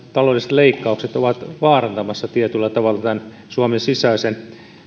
leikkaukset ovat vaarantamassa tietyllä tavalla suomen sisäisen